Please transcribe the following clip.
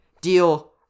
deal